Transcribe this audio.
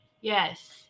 Yes